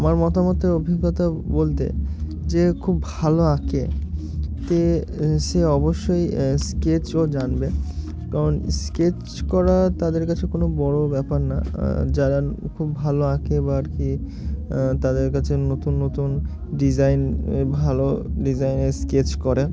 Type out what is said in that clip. আমার মতামতের অভিজ্ঞতা বলতে যে খুব ভালো আঁকে ত সে অবশ্যই স্কেচও জানবে কারণ স্কেচ করা তাদের কাছে কোনো বড়ো ব্যাপার না যারা খুব ভালো আঁকে বা আর কি তাদের কাছে নতুন নতুন ডিজাইন ভালো ডিজাইনে স্কেচ করে